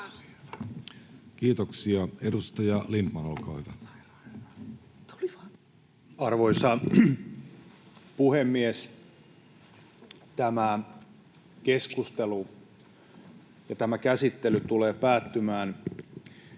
Kiitoksia. — Edustaja Lindtman, olkaa hyvä. Arvoisa puhemies! Tämä keskustelu ja tämä käsittely tulee päättymään